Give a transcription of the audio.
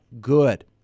good